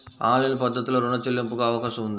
Online పద్ధతిలో రుణ చెల్లింపునకు అవకాశం ఉందా?